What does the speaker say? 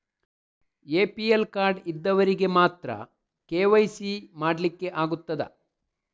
APL card ಇದ್ದವರಿಗೆ ಮಾತ್ರ KYC ಮಾಡಲಿಕ್ಕೆ ಆಗುತ್ತದಾ?